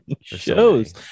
shows